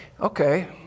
okay